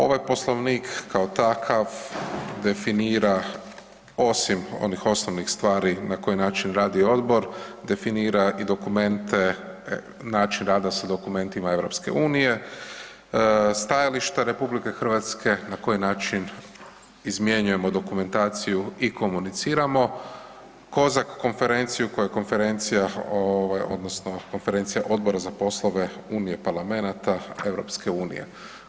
Ovaj Poslovnik kao takav definira osim onih osnovnih stvari na koji način radi odbor, definira i dokumente, način rada sa dokumentima EU-a, stajališta RH na koji način izmjenjujemo dokumentaciju i komuniciramo, COSAC konferenciju koja je konferencija ovaj odnosno Konferencija Odbora za poslove unije parlamenata EU-a.